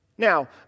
Now